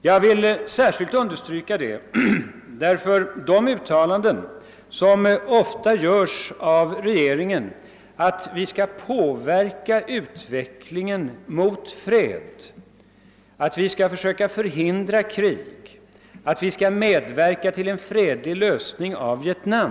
Jag vill särskilt understryka detta därför att regeringen ofta gör uttalanden om att vi skall påverka utvecklingen i riktning mot fred, att vi skall söka förhindra krig, att vi skall medverka till en fredlig lösning i Vietnam.